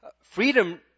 freedom